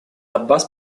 аббас